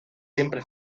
siempre